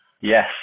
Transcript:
Yes